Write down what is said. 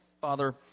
Father